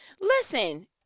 listen